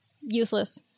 useless